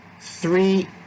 three